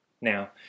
Now